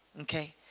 Okay